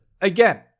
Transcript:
Again